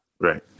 Right